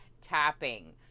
tapping